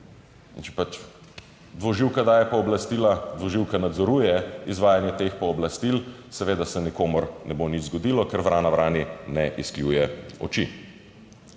In če pač dvoživka daje pooblastila, dvoživka nadzoruje izvajanje teh pooblastil. Seveda se nikomur ne bo nič zgodilo, ker vrana vrani ne izkljuje oči.